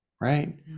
right